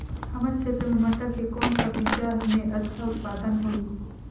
हमर क्षेत्र मे मटर के कौन सा बीजा मे अच्छा उत्पादन होही?